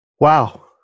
Wow